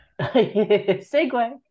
segue